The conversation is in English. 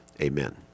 amen